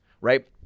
right